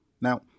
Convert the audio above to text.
Now